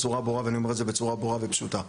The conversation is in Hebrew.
ואני אומר את זה בצורה ברורה ופשוטה,